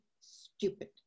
stupid